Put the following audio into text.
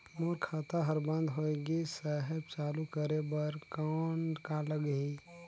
मोर खाता हर बंद होय गिस साहेब चालू करे बार कौन का लगही?